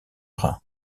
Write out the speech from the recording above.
rein